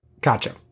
Gotcha